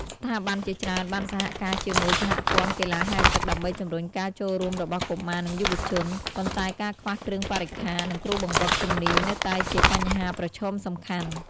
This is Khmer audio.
ស្ថាប័នជាច្រើនបានសហការជាមួយសហព័ន្ធកីឡាហែលទឹកដើម្បីជំរុញការចូលរួមរបស់កុមារនិងយុវជន ប៉ុន្តែការខ្វះគ្រឿងបរិក្ខារ និងគ្រូបង្វឹកជំនាញនៅតែជាបញ្ហាប្រឈមសំខាន់។